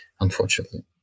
unfortunately